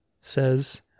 says